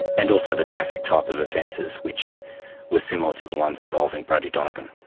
and also the traffic type of offences which were similar to the ones involving brodie donegan.